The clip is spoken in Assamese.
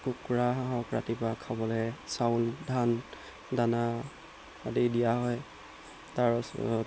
কুকুৰা হাঁহক ৰাতিপুৱা খাবলৈ চাউল ধান দানা আদি দিয়া হয় তাৰপিছত